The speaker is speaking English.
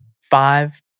Five